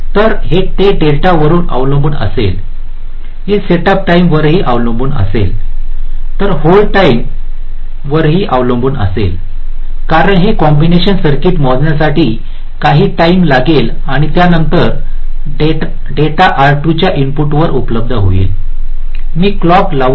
तर ते डेल्टावर अवलंबून असेल हे सेटअप टाईमवरही अवलंबून असेल हे होल्ड टाईमवरही अवलंबून असेल कारण हे कॉम्बिनेशन सर्किट मोजण्यासाठी काही टाईम लागेल आणि त्यानंतर हा डेटा R2 च्या इनपुटवर उपलब्ध होईल मी क्लॉक लावू शकतो